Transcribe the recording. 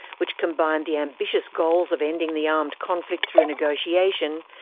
which combined the ambitious goals of ending the armed conflict through negotiation,